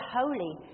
holy